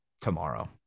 tomorrow